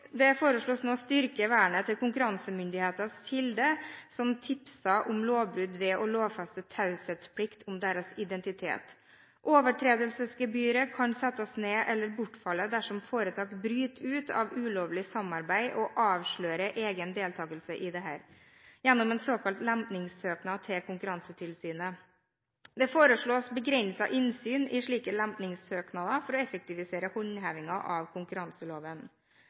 Det blir nå foreslått å styrke vernet til konkurransemyndighetenes kilde som tipser om lovbrudd, ved å lovfeste taushetsplikt om deres identitet. Overtredelsesgebyret kan settes ned eller bortfaller dersom foretak bryter ut av et ulovlig samarbeid og avslører egen deltagelse i dette gjennom en såkalt lempningssøknad til Konkurransetilsynet. Det foreslås begrenset innsyn i slike lempningssøknader for å effektivisere håndhevingen av konkurranseloven.